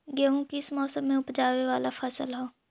गेहूं किस मौसम में ऊपजावे वाला फसल हउ?